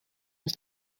was